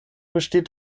besteht